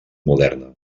moderna